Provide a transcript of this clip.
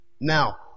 Now